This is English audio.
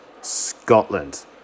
Scotland